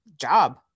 job